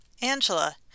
Angela